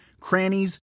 crannies